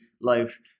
life